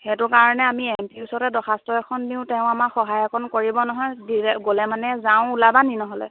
সেইটো কাৰণে আমি এম পিৰ ওচৰতে দৰ্খাস্ত এখন দিওঁ তেওঁ আমাক সহায় অকণ কৰিব নহয় গ'লে মানে যাওঁ ওলাবা নেকি নহ'লে